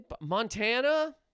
Montana